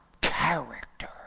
character